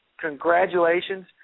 congratulations